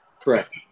correct